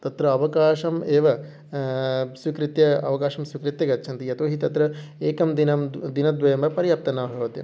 तत्र अवकाशम् एव स्वीकृत्य अवकाशं स्वीकृत्य गच्छन्ति यतो हि तत्र एकं दिनं द् दिनद्वयं वा पर्याप्तं न भवति